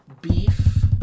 Beef